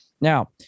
Now